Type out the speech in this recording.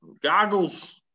goggles